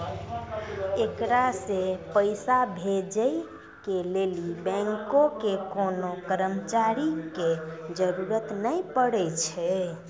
एकरा से पैसा भेजै के लेली बैंको के कोनो कर्मचारी के जरुरत नै पड़ै छै